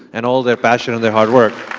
and all their passion, and their hard work.